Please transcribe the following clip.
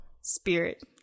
spirit